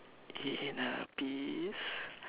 inner peace